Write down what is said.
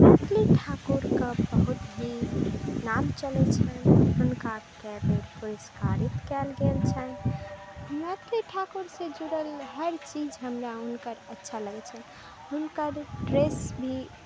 मैथिली ठाकुरके बहुत ही नाम चलै छनि हुनका कए बेर पुरस्करित कयल गेल छनि मैथिली ठाकुर से जुड़ल हर चीज हमरा हुनकर अच्छा लगै छनि हुनकर ड्रेस भी